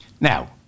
Now